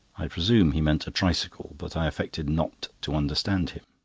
i presume he meant a tricycle, but i affected not to understand him.